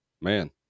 man